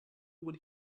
what